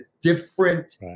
different